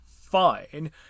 fine